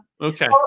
Okay